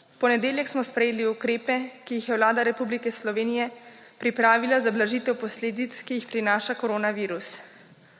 V ponedeljek smo sprejeli ukrepe, ki jih je Vlada Republike Slovenije pripravila za blažitev posledic, ki jih prinaša koronavirus.